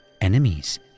enemies